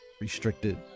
restricted